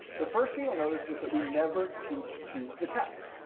the first thing you'll notice is that we never teach to the test.